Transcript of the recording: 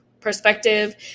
perspective